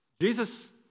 Jesus